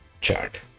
chart